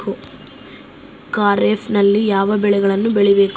ಖಾರೇಫ್ ನಲ್ಲಿ ಯಾವ ಬೆಳೆಗಳನ್ನು ಬೆಳಿಬೇಕು?